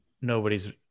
nobody's